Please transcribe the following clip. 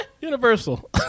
universal